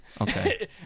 Okay